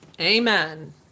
Amen